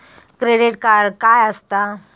Credit card काय असता?